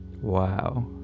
wow